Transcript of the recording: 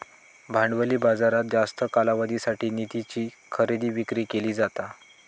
भांडवली बाजारात जास्त कालावधीसाठी निधीची खरेदी विक्री केली जाता